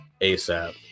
asap